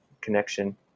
connection